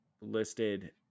listed